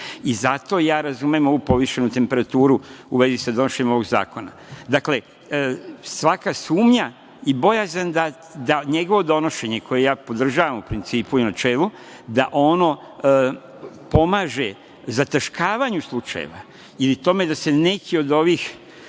ja razumem ovu povišenu temperaturu, u vezi sa donošenjem ovog zakona. Dakle, svaka sumnja i bojazan da njegovo donošenje, koje ja podržavam, u principu i u načelu, da ono pomaže zataškavanju slučajeva ili tome da se neki od ovih